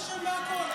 אז הוא אשם בכול,